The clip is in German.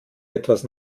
etwas